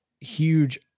huge